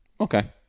Okay